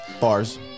bars